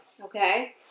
okay